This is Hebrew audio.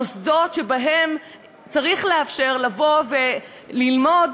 המוסדות שבהם צריך לאפשר לבוא וללמוד,